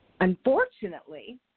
unfortunately